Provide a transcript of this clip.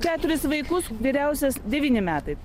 keturis vaikus vyriausias devyni metai